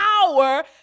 power